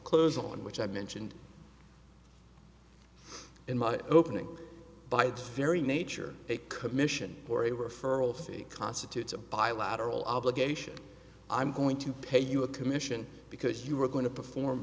close on which i mentioned in my opening by the very nature a commission or a referral fee constitutes a bilateral obligation i'm going to pay you a commission because you are going to perform